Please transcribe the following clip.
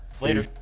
Later